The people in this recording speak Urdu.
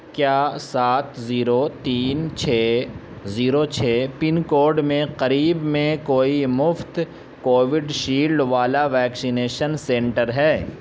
کیا سات زیرو تین چھ زیرو چھ پن کوڈ میں قریب میں کوئی مفت کووڈ شیلڈ والا ویکشینیشن سنٹر ہے